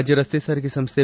ರಾಜ್ಯ ರಸ್ತೆ ಸಾರಿಗೆ ಸಂಸ್ಥೆ